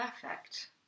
perfect